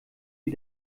wie